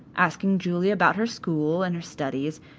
asking julia about her school, and her studies,